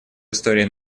истории